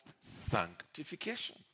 sanctification